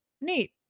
neat